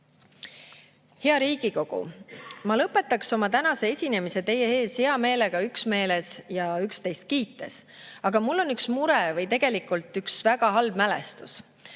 Hea Riigikogu! Ma lõpetaks oma tänase esinemise teie ees hea meelega üksmeeles ja üksteist kiites, aga mul on üks mure või tegelikult üks väga halb mälestus.